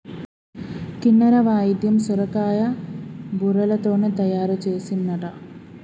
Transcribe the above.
కిన్నెర వాయిద్యం సొరకాయ బుర్రలతోనే తయారు చేసిన్లట